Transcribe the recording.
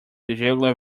regular